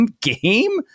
game